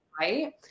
right